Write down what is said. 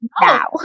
now